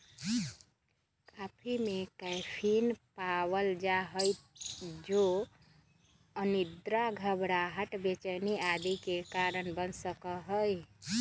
coffee में caffeine पावल जा हई जो अनिद्रा, घबराहट, बेचैनी आदि के कारण बन सका हई